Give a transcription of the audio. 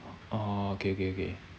oh okay okay okay